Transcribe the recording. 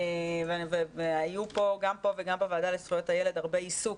והיה פה הרבה עיסוק